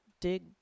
dig